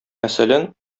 мәсәлән